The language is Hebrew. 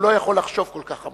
הוא לא יכול לחשוב כל כך עמוק.